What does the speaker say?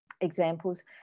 examples